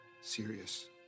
serious